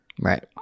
Right